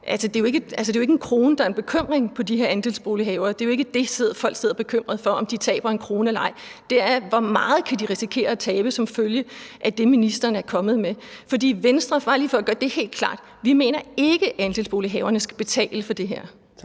det er jo ikke en krone, som er bekymringen hos de her andelsbolighavere. Det, som folk sidder og er bekymrede for, er jo ikke, om de taber en krone eller ej, men hvor meget de kan risikere at tabe som følge af det, ministeren er kommet med. Så lige for at gøre det helt klart mener vi i Venstre ikke, at andelsbolighaverne skal betale for det her.